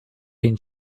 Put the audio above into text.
been